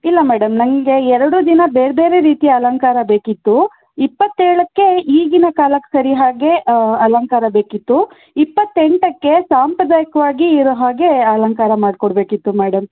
ಇಲ್ಲ ಮೇಡಮ್ ನಮಗೆ ಎರಡೂ ದಿನ ಬೇರೆ ಬೇರೆ ರೀತಿಯ ಅಲಂಕಾರ ಬೇಕಿತ್ತು ಇಪ್ಪತ್ತೇಳಕ್ಕೆ ಈಗಿನ ಕಾಲಕ್ಕೆ ಸರಿಯಾಗಿ ಅಲಂಕಾರ ಬೇಕಿತ್ತು ಇಪ್ಪತ್ತೆಂಟಕ್ಕೆ ಸಾಂಪ್ರದಾಯಿಕವಾಗಿ ಇರೋ ಹಾಗೆ ಅಲಂಕಾರ ಮಾಡಿಕೊಡ್ಬೇಕಿತ್ತು ಮೇಡಮ್